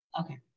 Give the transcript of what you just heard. Okay